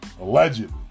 allegedly